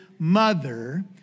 Mother